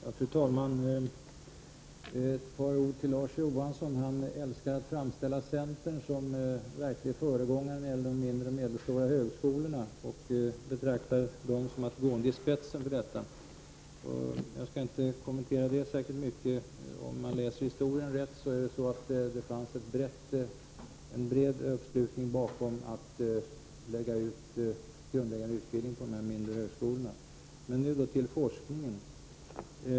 Fru talman! Larz Johansson älskar att framställa centern som den verkliga föregångaren när det gäller de mindre och medelstora högskolorna, och han betraktar det som att centern går i spetsen för dessa. Jag skall inte kommentera det särskilt mycket. Men om man läser historien rätt fanns det en bred uppslutning bakom att lägga ut grundläggande utbildning på de mindre högskolorna. Nu till frågan om forskningen.